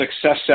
Success